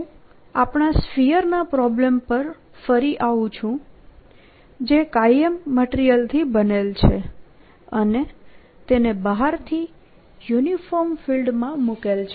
હું આપણા સ્ફીયર ના પ્રોબ્લમ પર ફરી આવું છું જે M મટીરીયલથી બનેલ છે અને તેને બહારથી યુનિફોર્મ ફિલ્ડમાં મૂકેલ છે